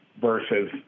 versus